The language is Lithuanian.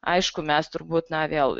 aišku mes turbūt na vėl